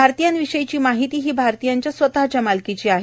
भारतीयांविषयीची माहिती ही भारतीयांच्या स्वतःच्या मालकीची आहे